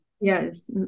Yes